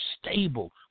stable